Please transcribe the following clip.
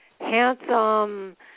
handsome